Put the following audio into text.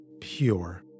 pure